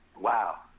wow